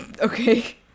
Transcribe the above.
okay